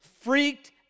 freaked